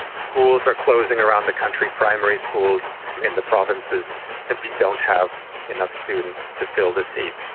schools are closing around the country, primary schools in the provinces simply don't have enough students to fill the seats,